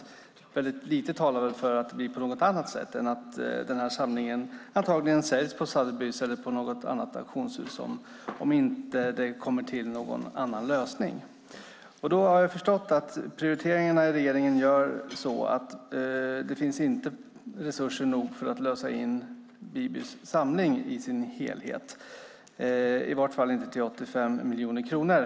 Väldigt lite talar för att det blir på något annat sätt än att samlingen säljs på Sotheby ́s eller på något annat auktionshus. Så blir det om det inte kommer till någon annan lösning. Jag har förstått att prioriteringarna i regeringen gör att det inte finns resurser nog att lösa in Bibys samling i dess helhet - i varje fall inte till 85 miljoner kronor.